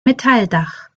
metalldach